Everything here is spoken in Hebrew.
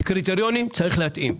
קריטריונים צריך להתאים.